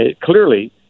clearly